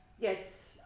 Yes